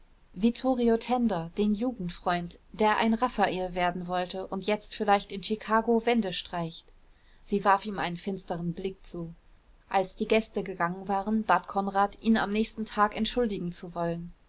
vittorio tenda den jugendfreund der ein raffael werden wollte und jetzt vielleicht in chicago wände streicht sie warf ihm einen finsteren blick zu als die gäste gegangen waren bat konrad ihn am nächsten tag entschuldigen zu wollen